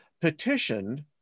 petitioned